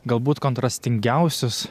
galbūt kontrastingiausius